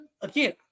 again